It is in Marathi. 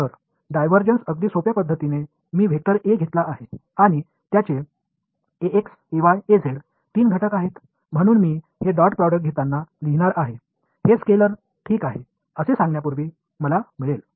तर डायव्हर्जन अगदी सोप्या पद्धतीने मी वेक्टर ए घेतला आहे आणि त्याचे तीन घटक आहेत म्हणून मी हे डॉट प्रॉडक्ट घेताना लिहीणार आहे हे स्केलेर ठीक आहे असे सांगण्यापूर्वी मला मिळेल